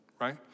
right